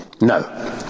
no